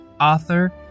author